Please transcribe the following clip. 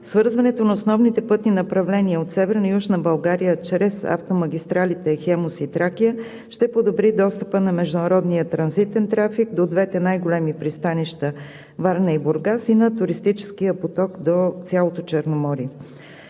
Свързването на основните пътни направления от Северна и Южна България чрез автомагистралите „Хемус“ и „Тракия“ ще подобри достъпа на международния транзитен трафик до двете най-големи пристанища – Варна и Бургас, както и на туристическия поток до цялото Черноморие.